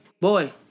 Boy